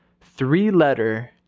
Three-letter